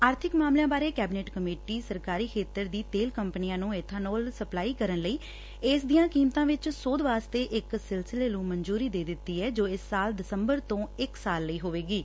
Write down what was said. ਆਰਬਿਕ ਮਾਮਲਿਆਂ ਬਾਰੇ ਕੈਬਨਿਟ ਕਮੇਟੀ ਸਰਕਾਰੀ ਖੇਤਰ ਦੀ ਤੇਲ ਕੰਪਨੀਆਂ ਨੂੰ ਏਬਾਨੋਲ ਸਪਲਾਈ ਕਰਨ ਲਈ ਇਸ ਦੀਆਂ ਕੀਮਤਾਂ ਵਿਚ ਸੋਧ ਵਾਸਤੇ ਇਕ ਸਿਲਸਿਲੇ ਨੂੰ ਮਨਜੁਰੀ ਦੇ ਦਿੱਤੀ ਐ ਜੋ ਇਸ ਸਾਲ ਦਸੰਬਰ ਤੋਂ ਇਕ ਸਾਲ ਲਈ ਹੋਵੇਗੀ